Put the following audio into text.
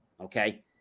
Okay